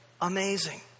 Amazing